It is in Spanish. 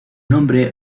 nombre